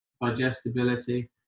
digestibility